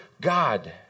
God